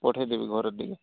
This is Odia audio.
ପଠେଇ ଦେବି ଘରେ ଟିକେ